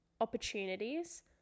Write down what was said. opportunities